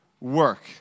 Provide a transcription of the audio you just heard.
work